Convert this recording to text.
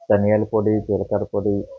ధనియాల పొడి జీలకర్ర పొడి